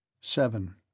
Seven